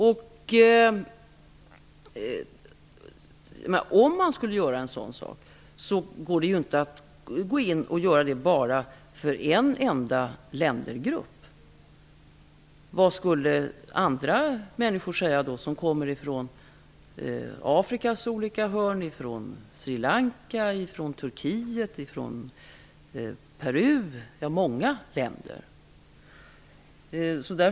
Man kan inte göra en sådan sak för en enda ländergrupp. Vad skulle människor som kommer från Afrikas olika hörn, från Sri Lanka, från Turkiet, från Peru och från många andra länder säga då?